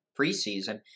preseason